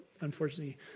unfortunately